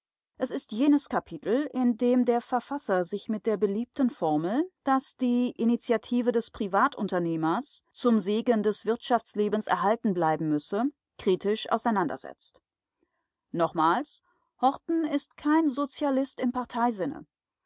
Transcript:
es ist jenes kapitel in dem der verfasser sich mit der beliebten formel daß die initiative des privatunternehmers zum segen des wirtschaftslebens erhalten bleiben müsse kritisch auseinandersetzt nochmals horten ist kein sozialist im parteisinne